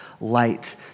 light